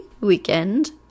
weekend